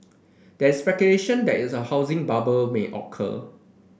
there is speculation that is a housing bubble may occur